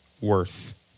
worth